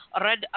Red